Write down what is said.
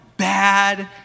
bad